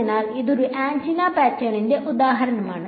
അതിനാൽ ഇത് ഒരു ആന്റിന പാറ്റേണിന്റെ ഉദാഹരണമാണ്